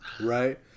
Right